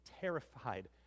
terrified